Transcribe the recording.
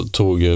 tog